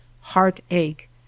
heartache